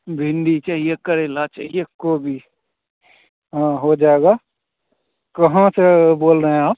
भिंडी चाहिए करेला चाहिए गोभी हाँ हो जाएगा कहाँ से बोल रहें आप